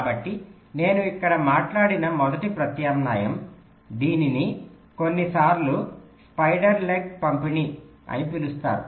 కాబట్టి నేను ఇక్కడ మనట్లాడిన మొదటి ప్రత్యామ్నాయం దీనిని కొన్నిసార్లు స్పైడర్ లెగ్ పంపిణీ అని పిలుస్తారు